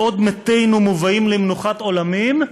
בעוד מתינו מובאים למנוחת עולמים,